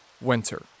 winter